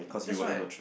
that's right